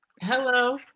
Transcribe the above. Hello